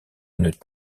une